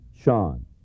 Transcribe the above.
Sean